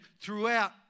throughout